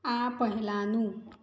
આ પહેલાંનું